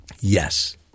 Yes